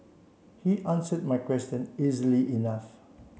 he answered my question easily enough